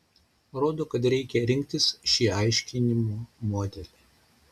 rodo kad reikia rinktis šį aiškinimo modelį